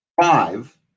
Five